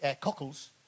cockles